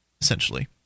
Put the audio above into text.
Essentially